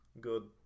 good